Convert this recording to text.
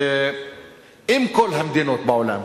שאם כל המדינות בעולם